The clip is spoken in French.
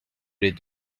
les